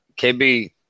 KB –